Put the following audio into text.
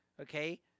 okay